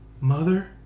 mother